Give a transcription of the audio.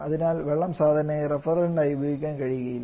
അതിനാൽ വെള്ളം സാധാരണയായി റെഫ്രിജറന്റ് ആയി ഉപയോഗിക്കാൻ കഴിയില്ല